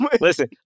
Listen